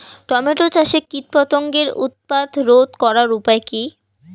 Tomato চাষে কীটপতঙ্গের উৎপাত রোধ করার উপায় কী?